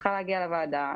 היא צריכה להגיע לוועדה,